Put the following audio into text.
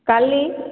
କାଲି